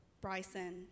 Bryson